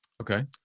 Okay